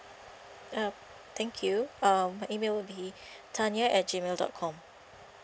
um thank you um my email will be tanya at G mail dot com